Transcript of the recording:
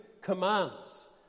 commands